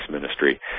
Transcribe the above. ministry